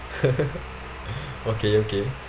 okay okay